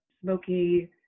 smoky